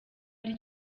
ari